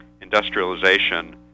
industrialization